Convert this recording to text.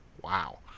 Wow